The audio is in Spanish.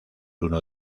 uno